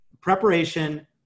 preparation